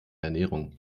ernährung